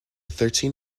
thirteen